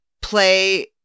play